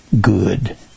good